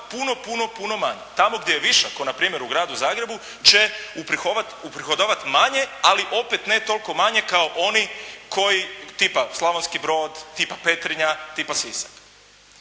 puno puno manje. Tamo gdje je višak kao npr. u Gradu Zagrebu će uprihodovati manje ali opet ne toliko manje kao oni koji tipa Slavonski Brod, tipa Petrinja, tipa Sisak.